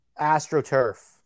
astroturf